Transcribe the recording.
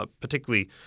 particularly